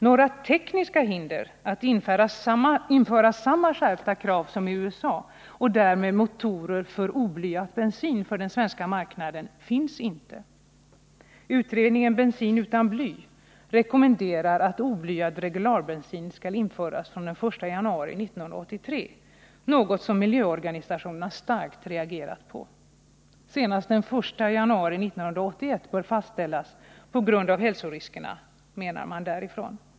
Några tekniska hinder mot att införa samma skärpta krav som i USA och därmed motorer för oblyad bensin för den svenska marknaden finns inte. Utredningen Bensin utan bly rekommenderar att oblyad regularbensin skall införas från den 1 januari 1983, något som miljöorganisationerna starkt reagerat på. Senast den 1 januari 1981 är den tidpunkt som bör fastställas på grund av hälsoriskerna, menar man därifrån.